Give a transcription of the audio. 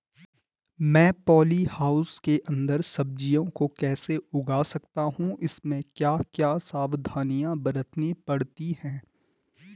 मैं poly house के अन्दर सब्जियों को कैसे उगा सकता हूँ इसमें क्या क्या सावधानियाँ बरतनी पड़ती है?